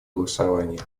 голосование